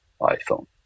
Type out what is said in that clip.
iPhone